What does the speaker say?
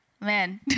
Man